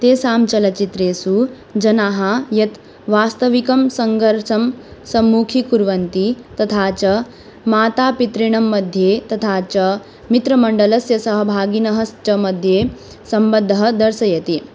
तेषां चलच्चित्रेषु जनाः यत् वास्तविकं सङ्घर्षं सम्मुखीकुवन्ति तथा च मातापितृणां मध्ये तथा च मित्रमण्डलस्य सहभागिनश्च मध्ये सम्बन्धं दर्शयति